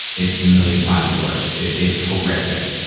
it's a million times worse. it's horrific.